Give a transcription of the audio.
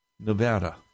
Nevada